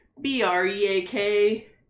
B-R-E-A-K